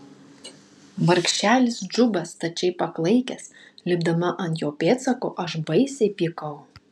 vargšelis džuba stačiai paklaikęs lipdama ant jo pėdsako aš baisiai pykau